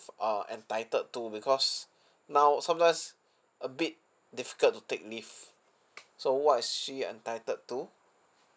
uh entitled to because now sometimes a bit difficult to take leave so what is she entitled to